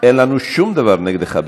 אין לנו שום דבר נגדך.